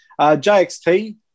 JXT